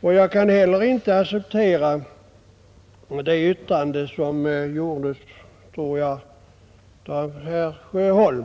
Jag kan heller inte acceptera herr Sjöholms